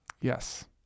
Yes